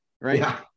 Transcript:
right